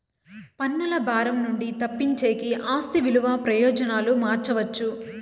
పన్నుల భారం నుండి తప్పించేకి ఆస్తి విలువ ప్రయోజనాలు మార్చవచ్చు